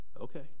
Okay